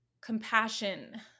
Compassion